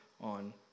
on